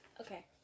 Okay